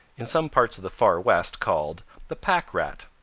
in some parts of the far west called the pack rat.